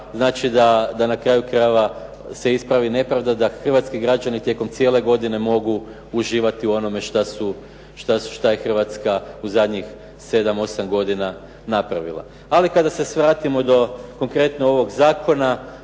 Znači, da na kraju krajeva se ispravi nepravda, da hrvatski građani tijekom cijele godine mogu uživati u onome što je Hrvatska u zadnjih 7, 8 godina napravila. Ali kada se svratimo do konkretno ovog zakona,